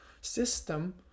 system